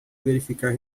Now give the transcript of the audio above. verificar